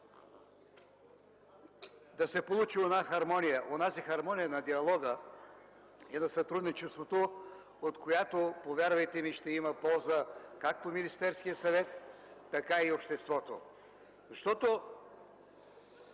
да се получи онази хармония на диалога и сътрудничеството, от която, повярвайте ми, ще има полза както Министерският съвет, така и обществото. Като